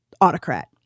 autocrat